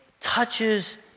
touches